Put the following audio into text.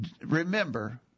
remember